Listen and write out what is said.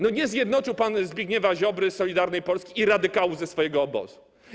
No nie zjednoczył pan Zbigniewa Ziobry, Solidarnej Polski i radykałów ze swojego obozu.